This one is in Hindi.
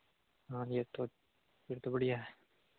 हाँ यह तो यह तो बढ़िया है